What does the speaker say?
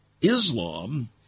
Islam